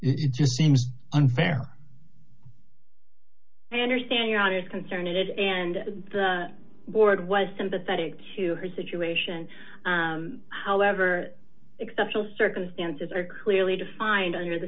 it just seems unfair i understand you on is concerned it and the board was sympathetic to her situation however exceptional circumstances are clearly defined under the